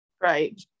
Right